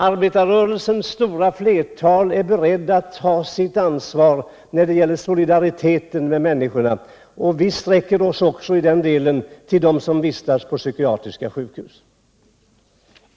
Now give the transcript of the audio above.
Det stora flertalet inom arbetarrörelsen är beredd att ta sitt ansvar när det gäller solidariteten med människorna. Den solidariteten sträcker sig också till dem som vistas på psykiatriska sjukhus.